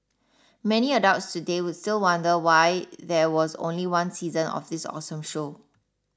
many adults today still wonder why there was only one season of this awesome show